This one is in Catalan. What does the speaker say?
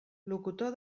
locutor